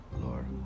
Lord